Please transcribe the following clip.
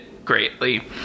greatly